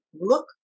Look